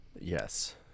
yes